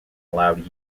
allowed